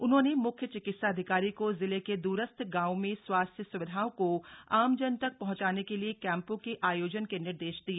उन्होंने मुख्य चिकित्साधिकारी को जिले के द्रस्थ गांवों में स्वास्थ सुविधाओं को आमजन तक पहंचाने के लिए कैंपों के आयोजन के निर्देश दिए